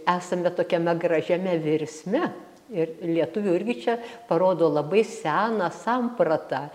esame tokiame gražiame virsme ir lietuvių irgi čia parodo labai seną sampratą